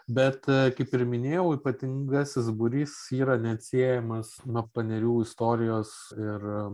bet kaip ir minėjau ypatingasis būrys yra neatsiejamas nuo panerių istorijos ir